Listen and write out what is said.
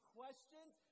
questions